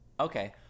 Okay